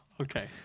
Okay